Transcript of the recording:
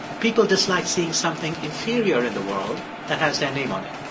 people dislike seeing something inferior in the world that has their name on it